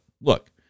look